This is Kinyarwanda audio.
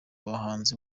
bahanzi